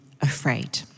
afraid